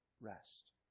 rest